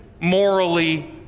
morally